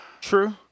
true